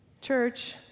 Church